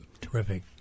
Terrific